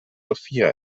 sophia